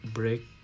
break